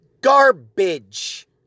garbage